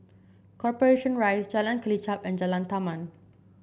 Corporation Rise Jalan Kelichap and Jalan Taman